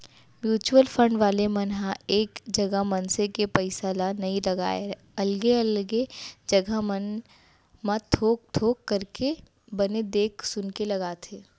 mutual fund वाले मन ह एक जगा मनसे के पइसा ल नइ लगाय अलगे अलगे जघा मन म थोक थोक करके बने देख सुनके लगाथे